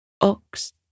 ox